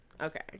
okay